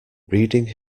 reading